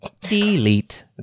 delete